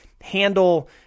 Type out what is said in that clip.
handle